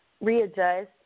readjust